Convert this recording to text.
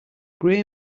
gray